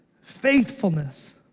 faithfulness